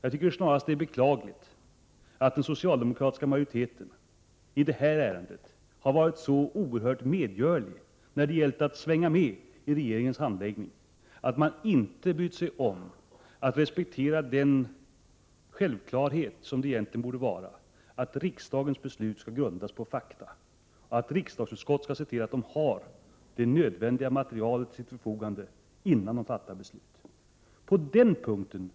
Det är snarast beklagligt att den socialdemokratiska majoriteten i detta ärende har varit så oerhört medgörlig när det gällt att svänga med i regeringens handläggning, så att man inte brytt sig om att respektera den självklarhet som det egentligen borde vara att riksdagens beslut skall grundas på fakta och att riksdagens utskott skall ha det nödvändiga underlaget till förfogande innan man fattar beslut. På den punkten borde vi, tycker jag, oberoende av partifärg kunna vara överens. Från ideologiska utgångspunkter kommer vi att ha olika ståndpunkter i sak.